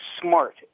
smart